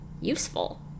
useful